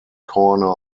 corner